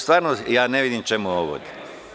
Stvarno, ja ne vidim čemu ovo.